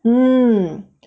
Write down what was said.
mmhmm